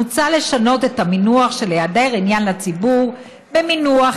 מוצע לשנות את המונח "היעדר עניין לציבור" במינוח